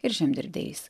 ir žemdirdiais